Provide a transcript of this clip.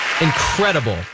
Incredible